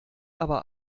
aber